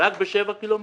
רק בשעה קילומטרים?